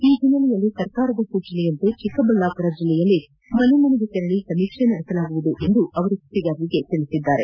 ಈ ಹಿನ್ನೆಲೆಯಲ್ಲಿ ಸರ್ಕಾರದ ಸೂಚನೆಯಂತೆ ಚಿಕ್ಕಬಳ್ಳಾಮರ ಜಿಲ್ಲೆಯಲ್ಲಿ ಮನೆಮನೆಗೆ ತೆರಳಿ ಸಮೀಕ್ಷೆ ನಡೆಸಲಾಗುವುದು ಎಂದು ಅವರು ಸುದ್ದಿಗಾರರಿಗೆ ತಿಳಿಸಿದ್ದಾರೆ